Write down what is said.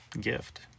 gift